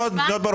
ברור מאוד.